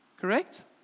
correct